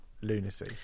lunacy